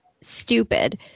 stupid